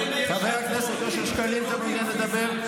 חבר הכנסת אושר שקלים, אתה מעוניין לדבר?